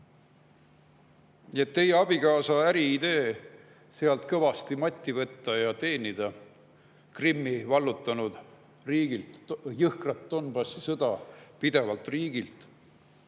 et teie abikaasa äriidee sealt kõvasti matti võtta ja teenida, Krimmi vallutanud riigilt, jõhkrat Donbassi sõda pidavalt riigilt,